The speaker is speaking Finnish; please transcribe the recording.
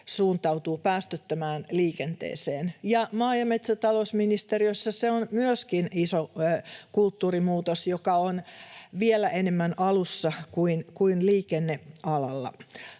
suuntautuu päästöttömään liikenteeseen. Ja maa- ja metsätalousministeriössä se on myöskin iso kulttuurimuutos, joka on vielä enemmän alussa kuin liikennealalla.